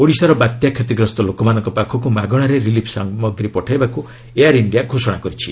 ଓଡ଼ିଶାର ବାତ୍ୟା କ୍ଷତିଗ୍ରସ୍ତ ଲୋକମାନଙ୍କ ପାଖକୁ ମାଗଣାରେ ରିଲିଫ୍ ସାମଗ୍ରୀ ପଠାଇବାକୁ ଏୟାର୍ ଇଣ୍ଡିଆ ଘୋଷଣା କରିଛି